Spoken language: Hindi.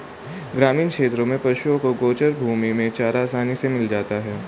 ग्रामीण क्षेत्रों में पशुओं को गोचर भूमि में चारा आसानी से मिल जाता है